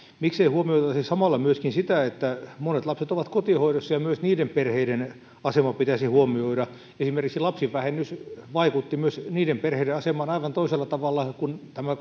miksei huomioitaisi samalla myöskin sitä että monet lapset ovat kotihoidossa ja myös niiden perheiden asema pitäisi huomioida esimerkiksi lapsivähennys vaikutti myös niiden perheiden asemaan aivan toisella tavalla kun tämä